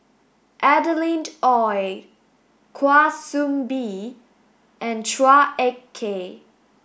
Adeline Ooi Kwa Soon Bee and Chua Ek Kay